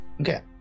Okay